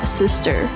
sister